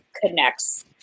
connects